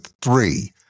three